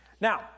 Now